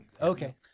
Okay